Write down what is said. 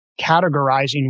categorizing